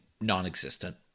non-existent